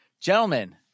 Gentlemen